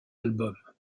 album